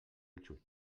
xup